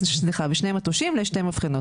מטושים ושתי מבחנות.